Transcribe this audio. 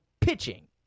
pitching